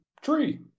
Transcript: tree